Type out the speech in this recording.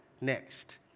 next